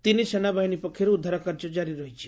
ତିନି ସେନାବାହିନୀ ପକ୍ଷର୍ ଉଦ୍ଧାର କାର୍ଯ୍ୟ ଜାରି ରହିଛି